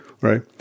right